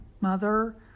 mother